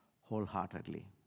wholeheartedly